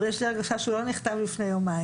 אבל יש לי הרגשה שהוא לא נכתב לפני יומיים.